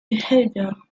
behavior